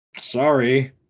sorry